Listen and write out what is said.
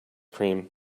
cream